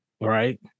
Right